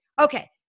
Okay